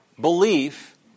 belief